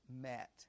met